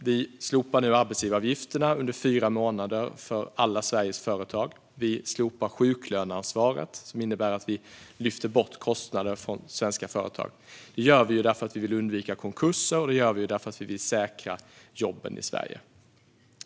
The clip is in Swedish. Vi slopar nu arbetsgivaravgifterna under fyra månader för alla Sveriges företag. Vi slopar sjuklöneansvaret, vilket innebär att vi lyfter bort kostnader från svenska företag. Detta gör vi för att vi vill undvika konkurser och säkra jobben i Sverige.